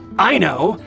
i know,